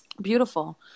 Beautiful